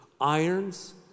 irons